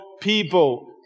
people